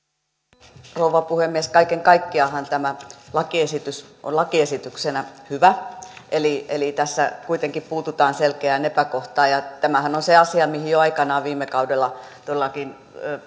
arvoisa rouva puhemies kaiken kaikkiaanhan tämä lakiesitys on lakiesityksenä hyvä eli eli tässä kuitenkin puututaan selkeään epäkohtaan ja tämähän on se asia mihin jo aikanaan viime kaudella todellakin